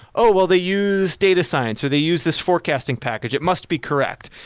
oh! well, they used data science, or they used this forecasting package. it must be correct.